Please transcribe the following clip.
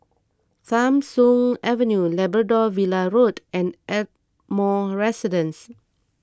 Tham Soong Avenue Labrador Villa Road and Ardmore Residence